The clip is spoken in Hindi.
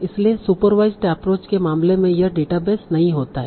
इसलिए सुपरवाइसड एप्रोच के मामले में यह डेटाबेस नहीं होता है